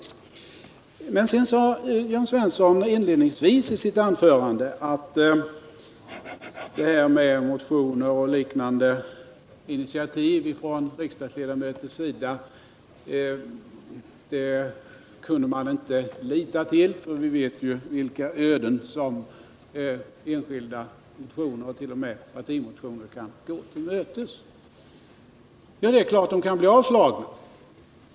Jörn Svensson sade emellertid inledningsvis i sitt anförande att motioner och liknande initiativ från ledamöters sida kunde man inte lita till, för vi vet ju vilka öden som enskilda motioner, t.o.m. partimotioner, kan gå till mötes. Det är klart att de kan bli avslagna.